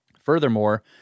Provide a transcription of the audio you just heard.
Furthermore